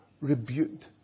rebuked